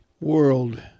world